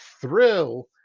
Thrill